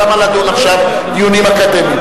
אז למה לדון עכשיו דיונים אקדמיים.